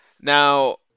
now